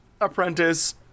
apprentice